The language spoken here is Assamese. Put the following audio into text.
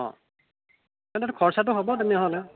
অঁ তাত খৰচাটো হ'ব তেনেহ'লে